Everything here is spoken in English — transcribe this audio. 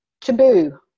taboo